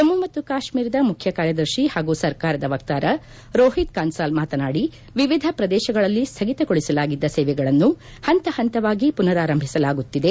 ಜಮ್ನು ಮತ್ತು ಕಾಶ್ನೀರದ ಮುಖ್ಯ ಕಾರ್ಯದರ್ಶಿ ಹಾಗೂ ಸರ್ಕಾರದ ವಕ್ತಾರ ರೋಹಿತ್ ಕನ್ಲಾಲ್ ಮಾತನಾಡಿ ವಿವಿಧ ಪ್ರದೇಶಗಳಲ್ಲಿ ಸ್ನಗಿತಗೊಳಸಲಾಗಿದ್ದ ಸೇವೆಗಳನ್ನು ಹಂತ ಹಂತವಾಗಿ ಮನರಾರಂಭಿಸಲಾಗುತ್ತಿದೆ